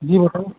जी बताइए